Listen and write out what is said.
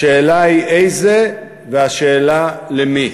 השאלה היא איזה והשאלה למי.